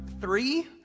three